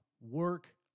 Work